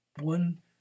one